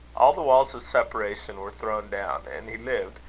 all the walls of separation were thrown down, and he lived,